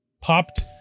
popped